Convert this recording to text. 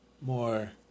more